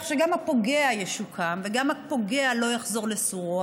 שגם הפוגע ישוקם וגם הפוגע לא יחזור לסורו.